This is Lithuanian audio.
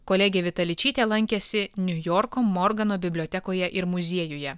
kolegė vita ličytė lankėsi niujorko morgano bibliotekoje ir muziejuje